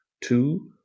two